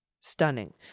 stunning